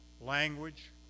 language